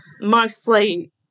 mostly